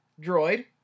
droid